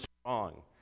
strong